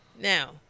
Now